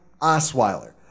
Osweiler